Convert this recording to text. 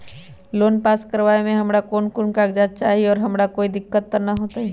Loan पास करवावे में हमरा कौन कौन कागजात चाही और हमरा कोई दिक्कत त ना होतई?